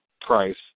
price